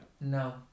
No